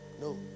No